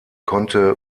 konnte